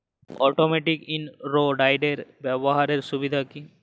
Automatic in row উইডারের ব্যবহারের সুবিধা কি?